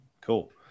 Cool